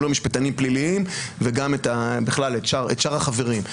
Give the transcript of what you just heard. לא משפטנים פליליים וגם את שאר החברים.